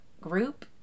group